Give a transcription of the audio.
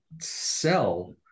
sell